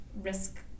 risk